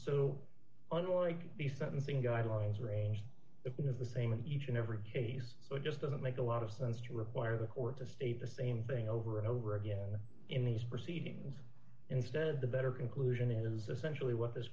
unlike the sentencing guidelines range it is the same in each and every case so it just doesn't make a lot of sense to require the court to state the same thing over and over again in these proceedings instead the better conclusion is essentially what this